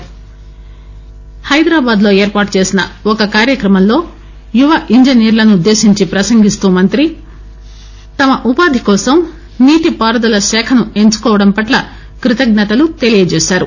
ఈరోజు హైదరాబాద్ లో ఏర్పాటు చేసిన ఒక కార్యక్రమంలో యువ ఇంజనీర్ణను ఉద్దేశించి ప్రసంగిస్తూ మంత్రి తమ ఉపాధి కోసం నీటిపారుదల శాఖను ఎంచుకోవడం పట్ల కృతజ్ఞతలు తెలిపారు